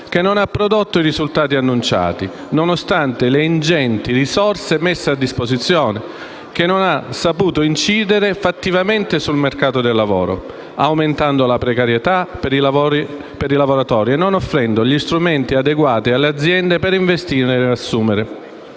che non ha prodotto i risultati annunciati nonostante le ingenti risorse messe a disposizione e che non ha saputo incidere fattivamente sul mercato del lavoro, aumentando la precarietà per i lavoratori e non offrendo alle aziende strumenti adeguati per investire ed assumere.